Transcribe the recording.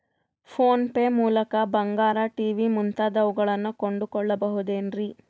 Phone pay ಮೂಲಕ ಬಂಗಾರ, TV ಮುಂತಾದವುಗಳನ್ನ ಕೊಂಡು ಕೊಳ್ಳಬಹುದೇನ್ರಿ?